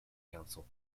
council